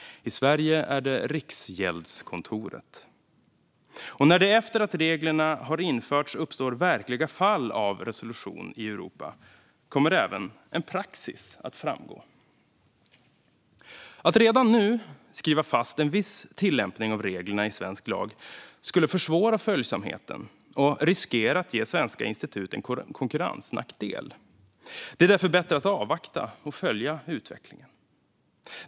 I Sverige är det Riksgäldskontoret. När det efter att reglerna har införts uppstår verkliga fall av resolution i Europa kommer även en praxis att framgå. Att redan nu skriva fast en viss tillämpning av reglerna i svensk lag skulle försvåra följsamheten och riskera att ge svenska institut en konkurrensnackdel. Det är därför bättre att avvakta och följa utvecklingen.